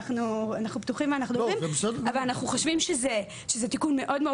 אנחנו בטוחים מה אנחנו אומרים אבל אנחנו חושבים שזה תיקון מאוד מאוד